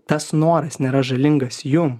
tas noras nėra žalingas jum